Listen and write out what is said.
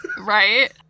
Right